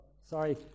Sorry